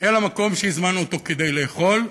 אל המקום שהזמנו אותו כדי לאכול.